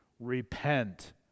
Repent